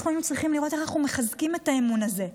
אנחנו היינו צריכים לראות איך אנחנו מחזקים את האמון הזה.